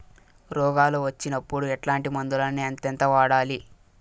రోగాలు వచ్చినప్పుడు ఎట్లాంటి మందులను ఎంతెంత వాడాలి?